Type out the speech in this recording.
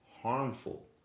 harmful